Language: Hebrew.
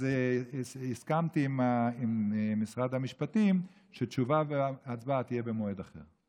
אז הסכמתי עם משרד המשפטים שתשובה והצבעה יהיו במועד אחר.